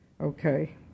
okay